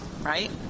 right